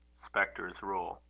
spectres rule.